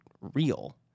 real